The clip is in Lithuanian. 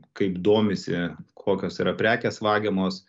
kaip domisi kokios yra prekės vagiamos